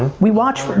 we watch,